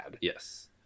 Yes